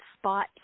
spot